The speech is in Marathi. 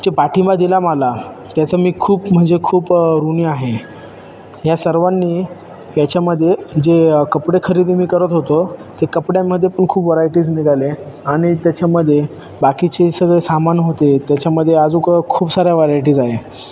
जे पाठिंबा दिला मला त्याचं मी खूप म्हणजे खूप ऋणी आहे या सर्वांनी याच्यामध्ये जे कपडे खरेदी मी करत होतो ते कपड्यांमध्ये पण खूप वरायटीज निघाले आणि त्याच्यामध्ये बाकीचे सगळे सामान होते त्याच्यामध्ये आजूक खूप साऱ्या व्हरायटीज आहे